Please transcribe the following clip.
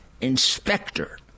inspector